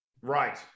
Right